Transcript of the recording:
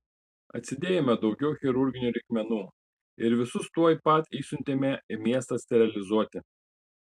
atsidėjome daugiau chirurginių reikmenų ir visus tuoj pat išsiuntėme į miestą sterilizuoti